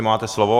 Máte slovo.